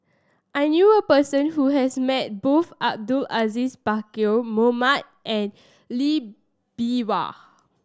I knew a person who has met both Abdul Aziz Pakkeer Mohamed and Lee Bee Wah